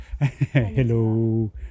hello